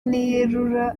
ntiyerura